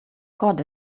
caught